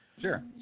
Sure